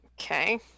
Okay